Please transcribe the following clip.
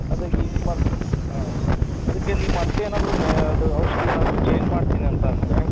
ಅದೇ ಈಗ ಹಿಂಗ್ ಮತ್ತೆ ಅದಕ್ಕೆ ನೀವು ಮತ್ತೇನಾದ್ರೂ ಮೆ ಅದು ಔಷಧಿ ಏನಾದ್ರೂ ಚೇಂಜ್ ಮಾಡ್ತೀನಿ ಅಂತ ಅಂದರೆ